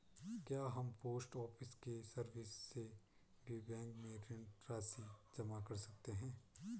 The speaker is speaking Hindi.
क्या हम पोस्ट ऑफिस की सर्विस से भी बैंक में ऋण राशि जमा कर सकते हैं?